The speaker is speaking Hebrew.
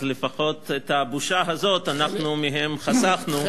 לפחות את הבושה הזאת אנחנו חסכנו מהם.